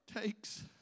takes